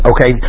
Okay